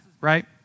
right